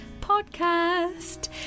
podcast